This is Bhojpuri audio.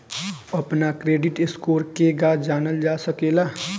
अपना क्रेडिट स्कोर केगा जानल जा सकेला?